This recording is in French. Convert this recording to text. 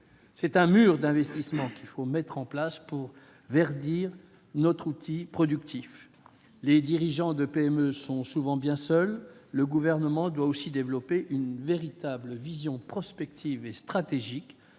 C'est un « mur d'investissement » qu'il faut mettre en place pour « verdir » notre outil productif. Les dirigeants de PME sont souvent bien seuls. Le Gouvernement doit aussi développer une véritable vision prospective et stratégique,